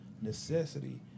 necessity